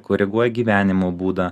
koreguoja gyvenimo būdą